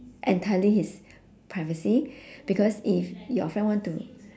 entirely his privacy because if your friend want to